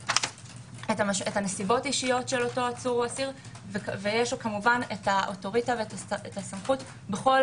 את הנסיבות האישיות של העצור או האסיר והסמכות בכל